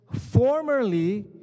formerly